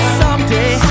someday